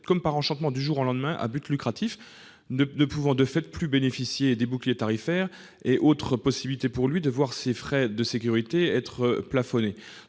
comme par enchantement du jour au lendemain à but lucratif, ne pouvant de fait plus bénéficier des bouclier tarifaire et autres possibilités de voir ses frais de sécurité plafonnés